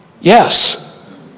yes